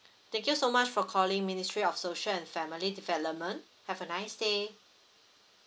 thank you so much for calling ministry of social and family development have a nice day